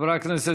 חברי הכנסת,